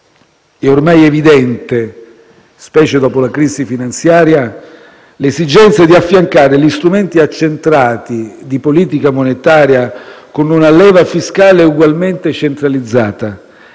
È ormai evidente, specie dopo la crisi finanziaria, l'esigenza di affiancare gli strumenti accentrati di politica monetaria con una leva fiscale ugualmente centralizzata,